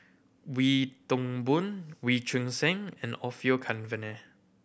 Wee Toon Boon Wee Choon Seng and Orfeur Cavenagh